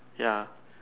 ya